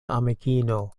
amikino